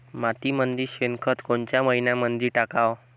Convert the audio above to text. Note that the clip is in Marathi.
मातीमंदी शेणखत कोनच्या मइन्यामंधी टाकाव?